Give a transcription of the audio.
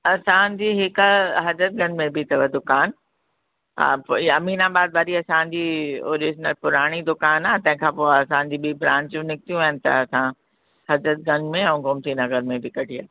असांजी हिकु हज़रतगंज में बि अथव दुकान हा पोइ इहा अमीनाबाद वारी असांजी ऑर्जिनल पुराणी दुकान आहे तंहिं खां पोइ असांजी ॿीं ब्रांचूं निकितियूं आहिनि त असां हज़रतगंज में ऐं गोमतीनगर में बि कढी आहे